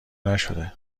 نشده